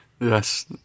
Yes